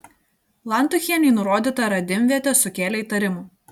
lantuchienei nurodyta radimvietė sukėlė įtarimų